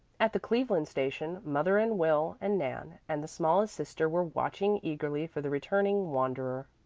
at the cleveland station, mother and will and nan and the smallest sister were watching eagerly for the returning wanderer.